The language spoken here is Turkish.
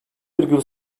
virgül